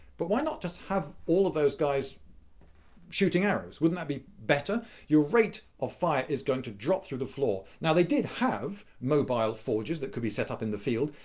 but why not just have all of those guys shooting arrows? wouldn't that be better? your rate of fire is going to drop through the floor. now, they did have mobile forges that could be set up in the field,